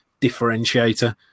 differentiator